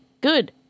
Good